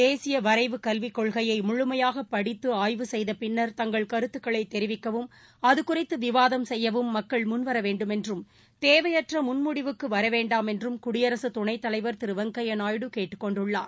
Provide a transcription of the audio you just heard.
தேசிய வரைவு கல்வி கொள்கையை முழுமையாக படித்து ஆய்வு செய்த பின்னா் தங்கள் கருத்துகளை தெரிவிக்கவும் அது குறித்து விவாதம் செய்யவும் மக்கள் முன்வர வேணடுமென்றம் தேவையற்ற முன்முடிவுக்கு வரவேண்டாம் என்றும் குடியரசுத் துணைத்தலைவர் திரு வெங்கையா நாயுடு கேட்டுக்கொண்டுள்ளார்